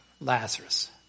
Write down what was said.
Lazarus